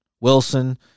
Wilson